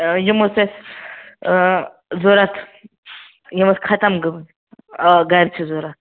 آ یِم ٲس اَسہِ آ ضروٗرت یِم ٲسۍ ختٕم گٔمٕژ آ گَرِ چھِ ضروٗرت